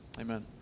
amen